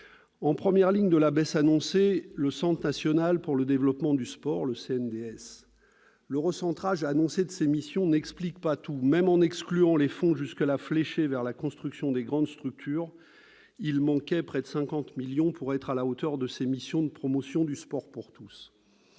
En première ligne de la baisse annoncée des crédits se trouve le Centre national pour le développement du sport, le CNDS. Le recentrage annoncé de ces missions n'explique pas tout. Même en excluant les fonds jusque-là fléchés vers la construction des grandes structures, il manquait près de 50 millions d'euros pour lui permettre d'être à la hauteur de ses missions de promotion du sport pour tous.